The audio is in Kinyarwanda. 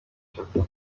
eshatu